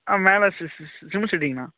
ஆ மேலே சி சி சி சிமெண்ட் சீட்டுங்கண்ணா